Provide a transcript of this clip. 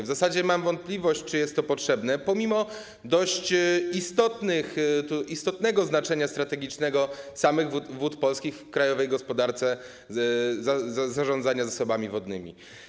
W zasadzie mam wątpliwość, czy jest to potrzebne, pomimo dość istotnego znaczenia strategicznego samych Wód Polskich w krajowej gospodarce zarządzania zasobami wodnymi.